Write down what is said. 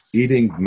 eating